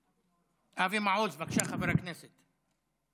חבר הכנסת אבי מעוז,